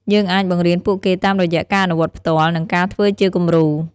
យើងអាចបង្រៀនពួកគេតាមរយៈការអនុវត្តផ្ទាល់ និងការធ្វើជាគំរូ។